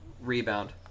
rebound